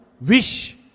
wish